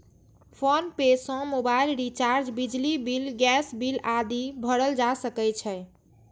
PhonePe सं mobile recharge, बिजली bill, gas bill आदि भरल जा सकै छै